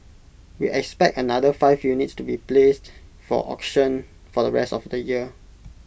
we expect another five units to be placed for auction for the rest of the year